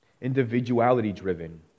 individuality-driven